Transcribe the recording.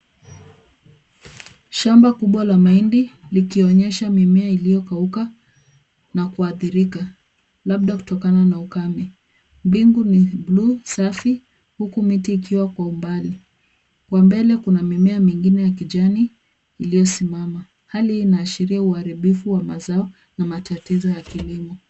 Shamba kubwa la mahindi likionyesha mimea iliyokauka na kuathirika, labda kutokana na ukame. Mbingu ni bluu safi huku miti ikiwa kwa umbali. Kwa mbele kuna mimea mingine ya kijani iliyosimama. Hali hii inaashiria uharibifu wa mazao na matatizo ya kilimo.